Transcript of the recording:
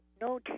No